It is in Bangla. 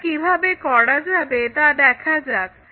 এটা কিভাবে করা যাবে তা দেখা যাক